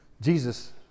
Jesus